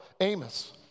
Amos